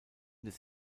des